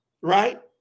right